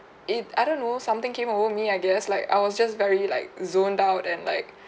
it I don't know something came over me I guess like I was just very like zoned out and like